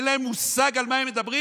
אין להם מושג על מה הם מדברים?